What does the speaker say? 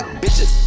bitches